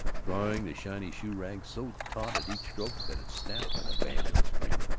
drawing the shiny shoe-rag so taut at each stroke that it snapped like a banjo string.